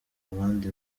abandi